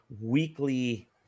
weekly